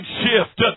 shift